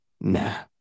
nah